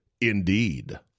Indeed